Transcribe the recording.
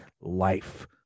life